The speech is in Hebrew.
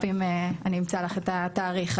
אני אמצא לך את התאריך.